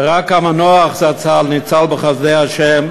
ורק המנוח זצ"ל ניצל בחסדי ה',